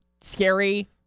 scary